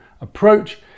approach